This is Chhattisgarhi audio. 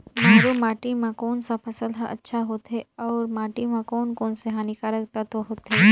मारू माटी मां कोन सा फसल ह अच्छा होथे अउर माटी म कोन कोन स हानिकारक तत्व होथे?